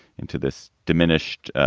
into this diminished,